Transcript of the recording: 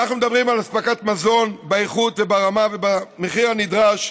אנחנו מדברים על אספקת מזון באיכות וברמה ובמחיר הנדרש,